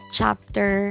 chapter